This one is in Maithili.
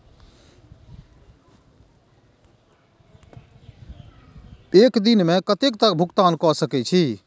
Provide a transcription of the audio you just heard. एक दिन में कतेक तक भुगतान कै सके छी